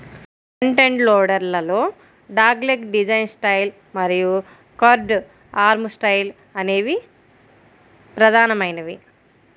front end loader లలో dogleg design style మరియు curved arm style అనేవి ప్రధానమైనవి